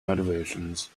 motivations